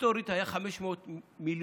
היסטורית היו 500 מיליון,